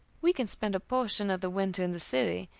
we can spend a portion of the winter in the city,